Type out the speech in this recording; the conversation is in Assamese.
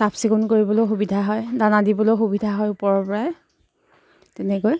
চাফ চিকুণ কৰিবলৈ সুবিধা হয় দানা দিবলৈও সুবিধা হয় ওপৰৰ পৰাই তেনেকৈ